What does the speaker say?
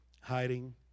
Hiding